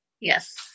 Yes